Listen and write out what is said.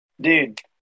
Dude